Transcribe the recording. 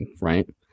right